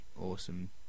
awesome